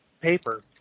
paper